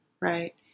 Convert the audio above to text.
right